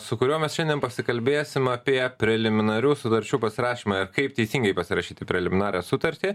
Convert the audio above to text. su kuriuo mes šiandien pasikalbėsim apie preliminarių sutarčių pasirašymą ir kaip teisingai pasirašyti preliminarią sutartį